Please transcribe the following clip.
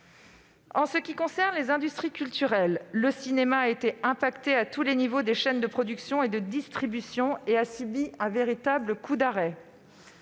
En ce qui concerne les industries culturelles, le cinéma a été impacté à tous les niveaux des chaînes de production et de distribution et a subi un véritable coup d'arrêt.